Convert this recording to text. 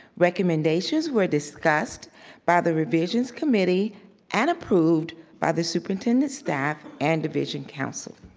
recommendations were discussed by the revisions committee and approved by the superintendent staff and division council.